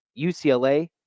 UCLA